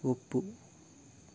ಒಪ್ಪು